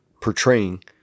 portraying